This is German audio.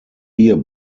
hier